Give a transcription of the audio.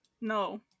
No